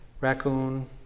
Raccoon